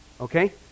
Okay